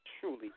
truly